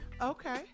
okay